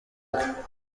bwe